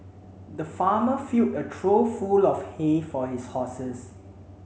the farmer filled a trough full of hay for his horses